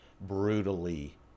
brutally